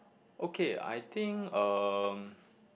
okay I think um